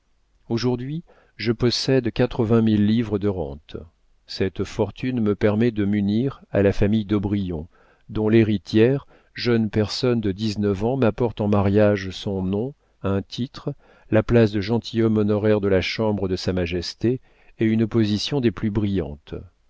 aujourd'hui je possède quatre-vingt mille livres de rente cette fortune me permet de m'unir à la famille d'aubrion dont l'héritière jeune personne de dix-neuf ans m'apporte en mariage son nom un titre la place de gentilhomme honoraire de la chambre de sa majesté et une position des plus brillantes